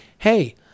Hey